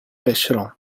pêcheront